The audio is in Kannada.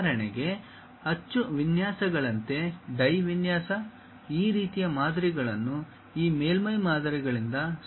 ಉದಾಹರಣೆಗೆ ಅಚ್ಚು ವಿನ್ಯಾಸಗಳಂತೆ ಡೈ ವಿನ್ಯಾಸ ಈ ರೀತಿಯ ಮಾದರಿಗಳನ್ನು ಈ ಮೇಲ್ಮೈ ಮಾದರಿಗಳಿಂದ surface models